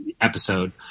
episode